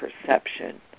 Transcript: perception